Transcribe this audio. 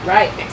Right